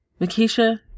Makisha